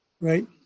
Right